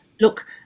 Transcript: look